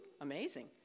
Amazing